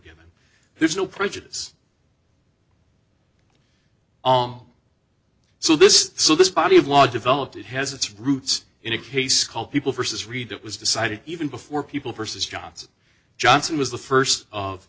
given there's no prejudice on so this so this body of law developed it has its roots in a case called people first is read it was decided even before people versus jobs johnson was the first of